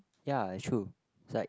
ya true it's like